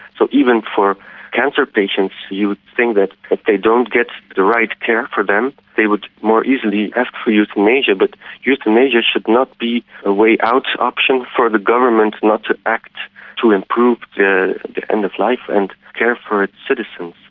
so even for cancer patients you would think that if they don't get the right care for them they would more easily ask for euthanasia. but euthanasia should not be a way out option for the government not to act to improve the end-of-life and care for its citizens.